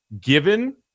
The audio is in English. given